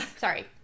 Sorry